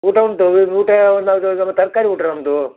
ಊಟ ಉಂಟು ಊಟ ತರಕಾರಿ ಊಟ ನಮ್ಮದು